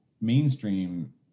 mainstream